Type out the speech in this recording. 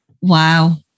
wow